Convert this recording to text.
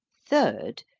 third,